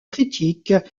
critiques